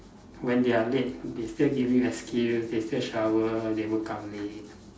when they are late they still give you excuse they still shower they woke up late